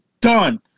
done